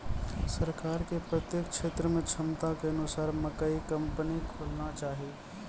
सरकार के प्रत्येक क्षेत्र मे क्षमता के अनुसार मकई कंपनी खोलना चाहिए?